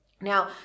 Now